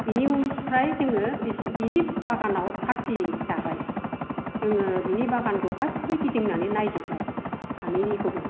बिनिफ्राय जोङो बिनि बागानाव पार्ति जाबाय जोङो बिनि बागानखौ गासिबो गिदिंनानै नायजोबाय सानैनिखौबो